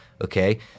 okay